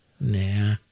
Nah